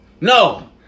No